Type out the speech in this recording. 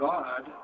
God